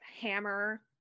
hammer